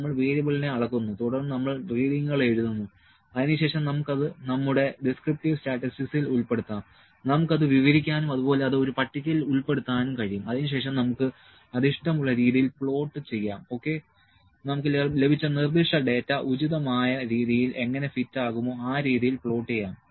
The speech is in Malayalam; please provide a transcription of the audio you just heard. നമ്മൾ വേരിയബിളിനെ അളക്കുന്നു തുടർന്ന് നമ്മൾ റീഡിങ്ങുകൾ എഴുതുന്നു അതിനുശേഷം നമുക്ക് അത് നമ്മുടെ ഡിസ്ക്രിപ്റ്റീവ് സ്റ്റാറ്റിസ്റ്റിക്സിൽ ഉൾപ്പെടുത്താം നമുക്ക് അത് വിവരിക്കാനും അതുപോലെ അത് ഒരു പട്ടികയിൽ ഉൾപ്പെടുത്താനും കഴിയും അതിനുശേഷം നമുക്ക് അത് ഇഷ്ടമുള്ള രീതിയിൽ പ്ലോട്ട് ചെയ്യാം ഓക്കേ നമുക്ക് ലഭിച്ച നിർദ്ദിഷ്ട ഡാറ്റ ഉചിതമായ രീതിയിൽ എങ്ങനെ ഫിറ്റ് ആകുമോ ആ രീതിയിൽ പ്ലോട്ട് ചെയ്യാം